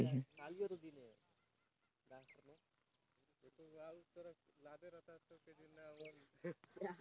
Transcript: किसान हर कोनोच फसिल कर लेहे में सरलग कइयो धाएर रसइनिक खातू डालथे सुग्घर उपज होही कहिके